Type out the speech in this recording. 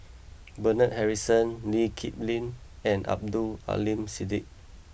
Bernard Harrison Lee Kip Lin and Abdul Aleem Siddique